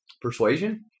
Persuasion